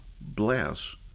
bless